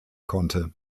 konnte